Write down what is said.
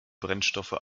brennstoffe